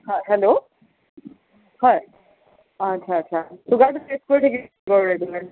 হয় হেল্ল' হয় অঁ আচ্ছা আচ্ছা চুগাৰটো টেষ্ট কৰি থাকিম বাৰু ৰেগুলাৰকৈ